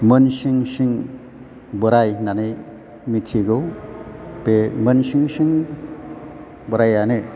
मोनसिं सिं बोराय होन्नानै मिथिगौ बे मोनसिं सिं बोरायानो